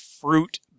fruit